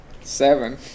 Seven